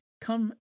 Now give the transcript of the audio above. come